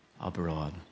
abroad